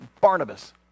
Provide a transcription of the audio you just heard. Barnabas